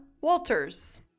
Walters